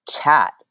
chat